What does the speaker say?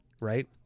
right